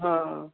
हा